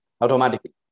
automatically